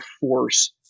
force